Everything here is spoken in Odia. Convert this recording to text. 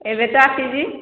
ଏବେ ତ ଆସିଲି